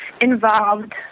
involved